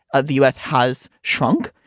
the u s. has shrunk,